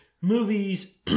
movies